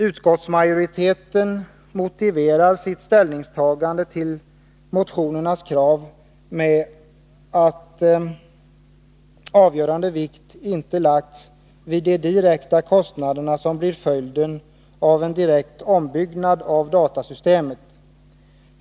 Utskottsmajoriteten motiverar sitt ställningstagande till motionernas krav med att avgörande vikt inte lagts vid de direkta kostnader som blir följden av en direkt ombyggnad av datasystemet.